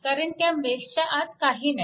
कारण त्या मेशच्या आत काही नाही